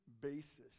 basis